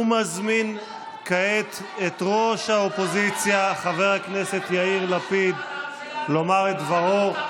ומזמין כעת את ראש האופוזיציה חבר הכנסת יאיר לפיד לומר את דברו.